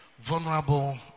vulnerable